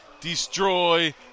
destroy